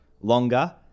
longer